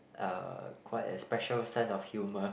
uh quite a special sense of humour